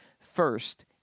first